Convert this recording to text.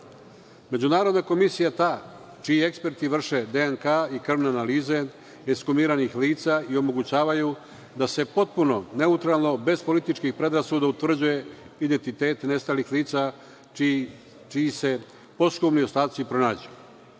Međunarodna komisija je ta čiji eksperti vrše DNK i krvne analize ekshumiranih lica i omogućavaju da se potpuno neutralno, bez političkih predrasuda, utvrde identiteti nestalih lica čiji se posthumni ostaci pronađu.